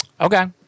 Okay